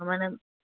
মানে